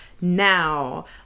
now